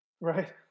right